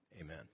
amen